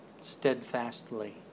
steadfastly